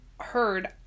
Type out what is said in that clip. heard